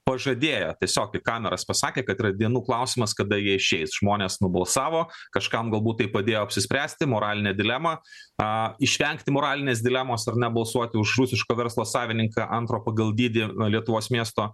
pažadėjo tiesiog į kameras pasakė kad yra dienų klausimas kada jie išeis žmonės nubalsavo kažkam galbūt tai padėjo apsispręsti moralinę dilemą a išvengti moralinės dilemos ar nebalsuoti už rusiško verslo savininką antro pagal dydį lietuvos miesto